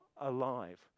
alive